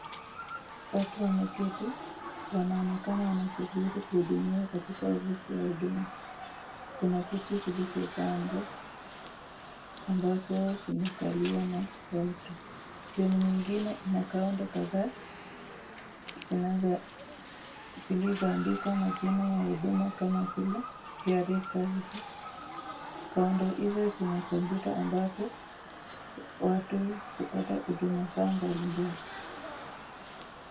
Watu wameketi. Wanaonekana wanasubiri kuhudumia katika ofisi ya huduma .Kuna viti vilivyo pangwa ambavyo vimekaliwa na watu . Zingine Zina (counter) kadhaa zilizoandikwa majina ya huduma kama vile ( KRA serviceses) ( counter) hizo Zina ( computer) ambazo watu hupata huduma zao mbalimbali.